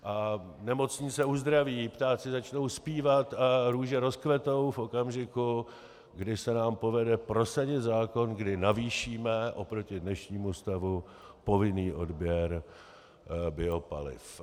A nemocní se uzdraví, ptáci začnou zpívat a růže rozkvetou v okamžiku, kdy se nám povede prosadit zákon, kdy navýšíme oproti dnešnímu stavu povinný odběr biopaliv.